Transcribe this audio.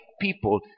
people